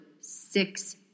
six